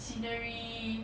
scenery